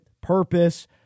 purpose